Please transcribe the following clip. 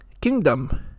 Kingdom